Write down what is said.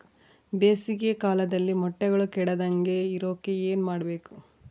ಬೇಸಿಗೆ ಕಾಲದಲ್ಲಿ ಮೊಟ್ಟೆಗಳು ಕೆಡದಂಗೆ ಇರೋಕೆ ಏನು ಮಾಡಬೇಕು?